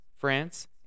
France